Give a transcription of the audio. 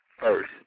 first